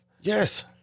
Yes